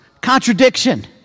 contradiction